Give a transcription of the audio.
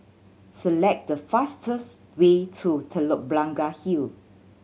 select the fastest way to Telok Blangah Hill